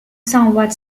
somewhat